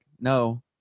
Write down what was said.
no